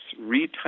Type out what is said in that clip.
retype